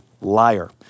liar